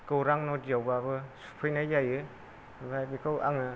गौरां नदियावबाबो सुफैनाय जायो ओमफ्राय बेखौ आङो